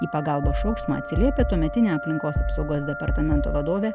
į pagalbos šauksmą atsiliepia tuometinė aplinkos apsaugos departamento vadovė